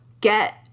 get